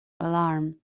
alarm